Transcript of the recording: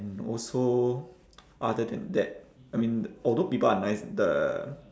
and also other than that I mean although people are nice the